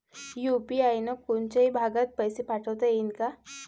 UPI न कोनच्याही भागात पैसे पाठवता येईन का?